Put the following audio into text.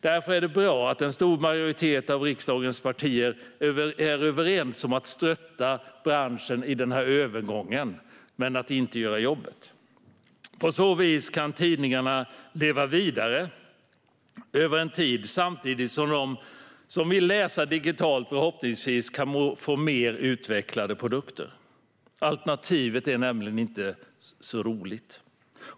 Därför är det bra att en stor majoritet av riksdagens partier är överens om att stötta branschen i övergången men att inte göra jobbet. På så vis kan tidningarna leva vidare en tid, samtidigt som de som vill läsa digitalt förhoppningsvis kan få mer utvecklade produkter. Alternativet är nämligen inte så roligt.